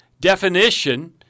definition